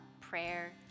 prayer